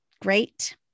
great